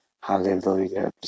Hallelujah